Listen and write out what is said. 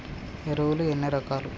ఎరువులు ఎన్ని రకాలు?